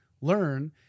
learn